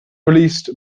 released